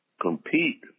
compete